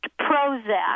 Prozac